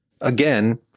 Again